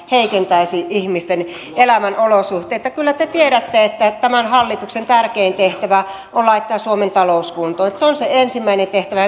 heikentäisi ihmisten elämän olosuhteita kyllä te tiedätte että tämän hallituksen tärkein tehtävä on laittaa suomen talous kuntoon se on se ensimmäinen tehtävä